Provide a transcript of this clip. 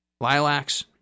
Lilacs